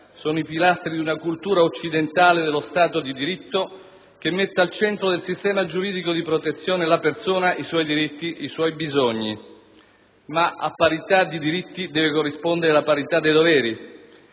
sono i pilastri di una cultura occidentale dello Stato di diritto, che mette al centro del sistema giuridico di protezione la persona, i suoi diritti, i suoi bisogni. Ma alla parità dei diritti deve corrispondere la parità dei doveri